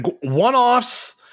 one-offs